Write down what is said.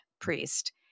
priest